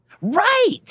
Right